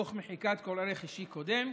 תוך מחיקת כל ערך אישי קודם,